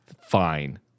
fine